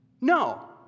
No